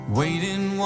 waiting